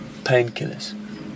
painkillers